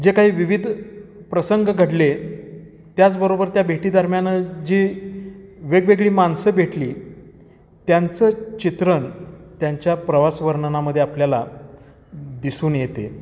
जे काही विविध प्रसंग घडले त्याचबरोबर त्या भेटीदरम्यान जी वेगवेगळी माणसं भेटली त्यांचं चित्रण त्यांच्या प्रवासवर्णनामध्ये आपल्याला दिसून येते